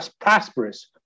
prosperous